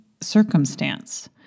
circumstance